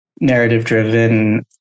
narrative-driven